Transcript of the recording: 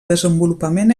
desenvolupament